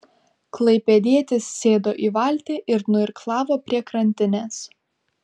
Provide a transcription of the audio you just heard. klaipėdietis sėdo į valtį ir nuirklavo prie krantinės